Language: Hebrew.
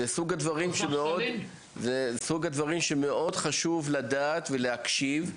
זה מסוג הדברים שמאוד חשוב לדעת ולהקשיב.